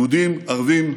יהודים, ערבים,